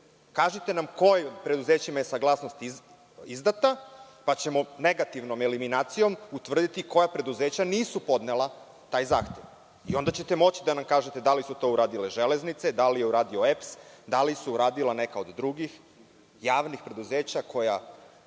kažite nam kojim preduzećima je saglasnost izdata, pa ćemo negativnom eliminacijom utvrditi koja preduzeća nisu podnela taj zahtev. Onda ćete moći da nam kažete da li su to uradile „Železnice“, da li je uradio EPS, da li su uradila neka od drugih javnih preduzeća, kod